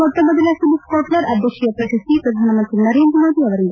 ಮೊಟ್ಷ ಮೊದಲ Philip Kotler ಅಧ್ಯಕ್ಷೀಯ ಪ್ರಶಸ್ತಿ ಪ್ರಧಾನಮಂತ್ರಿ ನರೇಂದ್ರ ಮೋದಿ ಅವರಿಂದ